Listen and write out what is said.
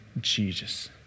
Jesus